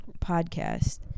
podcast